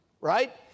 Right